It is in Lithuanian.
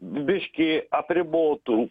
biškį apribotų